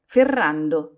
Ferrando